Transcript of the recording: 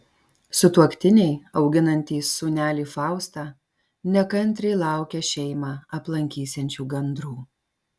sutuoktiniai auginantys sūnelį faustą nekantriai laukia šeimą aplankysiančių gandrų